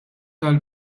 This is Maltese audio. tal